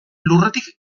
lurretik